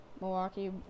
Milwaukee